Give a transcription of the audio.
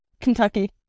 Kentucky